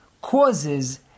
causes